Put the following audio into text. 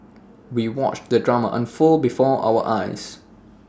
we watched the drama unfold before our eyes